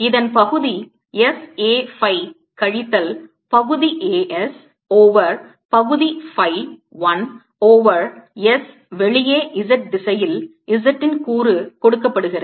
இதன் பகுதி s A phi கழித்தல் பகுதி A s ஓவர் பகுதி phi 1 ஓவர் s வெளியே z திசையில் z ன் கூறு கொடுக்கப்படுகிறது